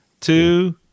two